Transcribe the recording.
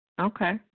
Okay